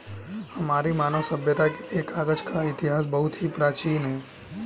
हमारी मानव सभ्यता के लिए कागज का इतिहास बहुत ही प्राचीन है